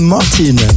Martin